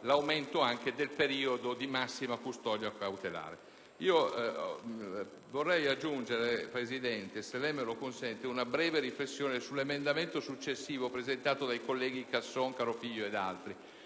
l'aumento anche del periodo di massima custodia cautelare. Vorrei aggiungere, Presidente, se lei me lo consente, una breve riflessione sull'emendamento successivo, 5.0.201, presentato dai colleghi Casson, Carofiglio e altri,